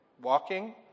Walking